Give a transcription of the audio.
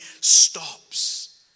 stops